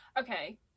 okay